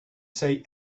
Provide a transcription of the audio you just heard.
say